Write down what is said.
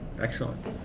Excellent